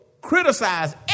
criticize